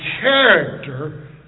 character